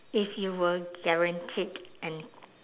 if you were guaranteed an